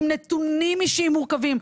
עם נתונים אישיים מורכבים?